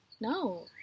No